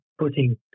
Putting